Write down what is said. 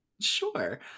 sure